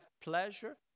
pleasure